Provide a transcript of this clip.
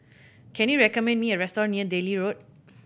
can you recommend me a restaurant near Delhi Road